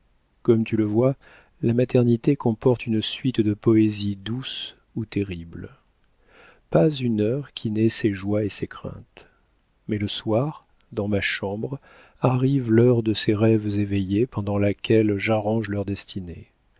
comme tu le vois la maternité comporte une suite de poésies douces ou terribles pas une heure qui n'ait ses joies et ses craintes mais le soir dans ma chambre arrive l'heure de ces rêves éveillés pendant laquelle j'arrange leurs destinées